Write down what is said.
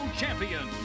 champion